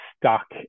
stuck